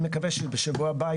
אני מקווה שבשבוע הבא,